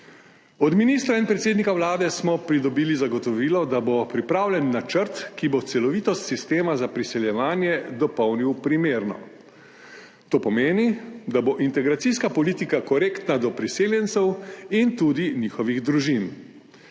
Od ministra in predsednika Vlade smo pridobili zagotovilo, da bo pripravljen načrt, ki bo celovitost sistema za priseljevanje dopolnil primerno, to pomeni, da bo integracijska politika korektna do priseljencev in tudi njihovih družin,